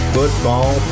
Football